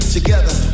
Together